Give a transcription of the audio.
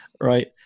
right